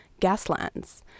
Gaslands